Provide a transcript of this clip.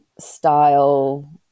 style